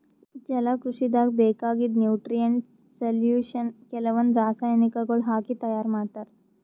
ಜಲಕೃಷಿದಾಗ್ ಬೇಕಾಗಿದ್ದ್ nutrient solution ಕೆಲವಂದ್ ರಾಸಾಯನಿಕಗೊಳ್ ಹಾಕಿ ತೈಯಾರ್ ಮಾಡ್ತರ್